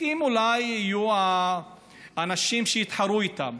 כי הם אולי יהיו האנשים שיתחרו איתם.